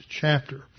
chapter